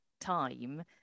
time